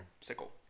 sickle